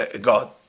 God